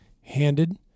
handed